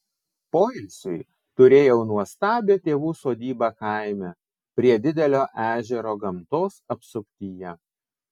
poilsiui turėjau nuostabią tėvų sodybą kaime prie didelio ežero gamtos apsuptyje